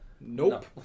Nope